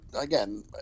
again